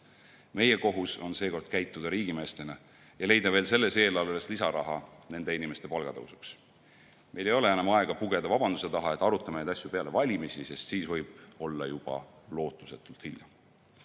Meie kohus on seekord käituda riigimeestena ja leida veel selles eelarves lisaraha nende inimeste palga tõusuks. Meil ei ole enam aega pugeda vabanduse taha, et arutame neid asju peale valimisi, sest siis võib olla juba lootusetult hilja. Sestap